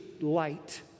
light